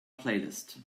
playlist